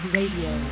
Radio